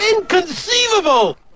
Inconceivable